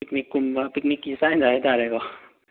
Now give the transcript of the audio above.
ꯄꯤꯛꯅꯤꯛꯀꯨꯝꯕ ꯄꯤꯛꯅꯤꯛꯀꯤ ꯏꯁꯇꯥꯏꯜꯗ ꯍꯥꯏꯇꯥꯔꯦꯀꯣ